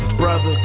brother